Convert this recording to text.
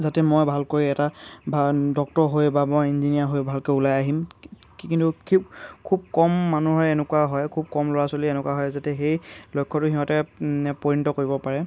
যাতে মই ভালকৈ এটা ডাক্তৰ হৈ বা মই ইঞ্জিনিয়াৰ হৈ ভালকৈ ওলাই আহিম কিন্তু খুব কম মানুহৰে এনেকুৱা হয় খুব কম ল'ৰা ছোৱালীৰ এনেকুৱা হয় যাতে সেই লক্ষ্যটো সিহঁতে পৰিণত কৰিব পাৰে